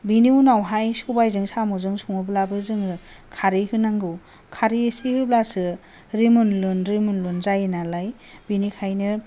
बिनि उनावहाय सबायजों साम'जों सङोब्लाबो खारै होनांगौ खारै एसे होब्लासो रिमोनलुन रिमोनलुन जायो नालाय बिनिखायनो